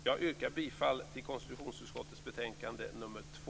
Jag yrkar bifall till utskottets hemställan i konstitutionsutskottets betänkanden nr 2